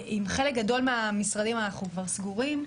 עם חלק גדול מהמשרדים אנחנו כבר סגורים,